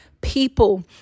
people